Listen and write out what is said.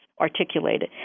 articulated